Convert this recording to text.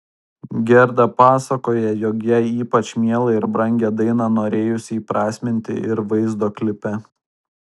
gerda pasakoja jog jai ypač mielą ir brangią dainą norėjusi įprasminti ir vaizdo klipe